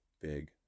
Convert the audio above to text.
big